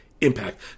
impact